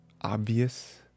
obvious